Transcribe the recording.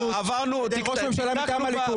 ראש ממשלה מטעם הליכוד.